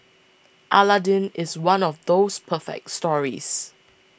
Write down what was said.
Aladdin is one of those perfect stories